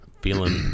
feeling